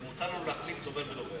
ומותר לנו להחליף דובר בדובר.